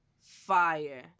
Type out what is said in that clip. Fire